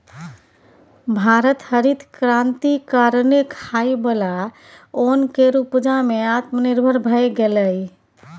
भारत हरित क्रांति कारणेँ खाइ बला ओन केर उपजा मे आत्मनिर्भर भए गेलै